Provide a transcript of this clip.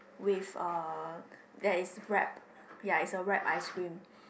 with uh that is wrapped ya it's a wrap ice cream